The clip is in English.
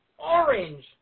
Orange